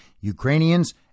Ukrainians